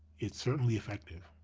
it's certainly effective.